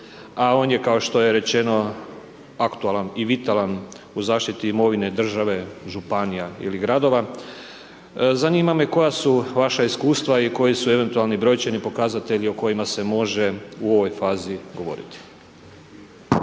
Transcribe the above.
a on je kao što je rečeno, aktualan i vitalan u zaštiti imovine države, županija ili gradova. Zanima me koja su vaša iskustva i koji su eventualno brojčani pokazatelji o kojima se može u ovoj fazi govoriti.